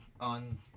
on